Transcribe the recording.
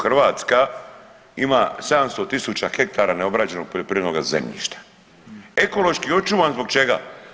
Hrvatska ima 700 000 ha neobrađenog poljoprivrednog zemljišta ekološki očuvan zbog čega?